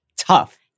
tough